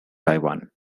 taiwan